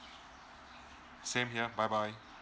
same here bye bye